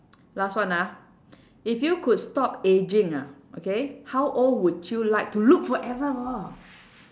last one ah if you could stop ageing ah okay how old would you like to look forever [wor]